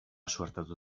suertatu